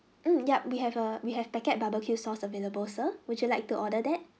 mm yup we have err we have packet barbecue sauce available sir would you like to order that